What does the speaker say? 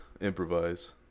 improvise